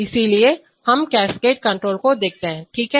इसलिए हम cascade control को देखते हैं ठीक है